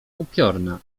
upiorna